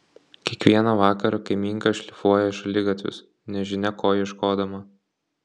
kiekvieną vakarą kaimynka šlifuoja šaligatvius nežinia ko ieškodama